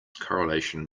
correlation